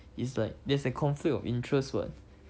is like there's a conflict of interest [what]